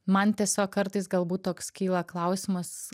man tiesiog kartais galbūt toks kyla klausimas